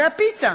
מהפיצה,